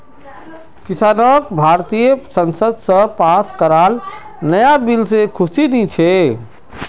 किसानक भारतीय संसद स पास कराल नाया बिल से खुशी नी छे